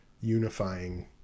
unifying